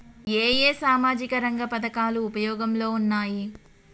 ఏ ఏ సామాజిక రంగ పథకాలు ఉపయోగంలో ఉన్నాయి?